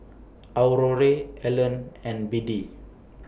Aurore Alan and Biddie